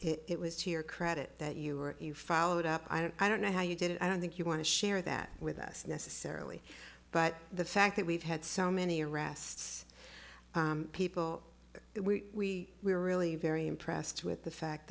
your credit that you were you followed up i don't i don't know how you did it i don't think you want to share that with us necessarily but the fact that we've had so many arrests people we we're really very impressed with the fact